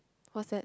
what's that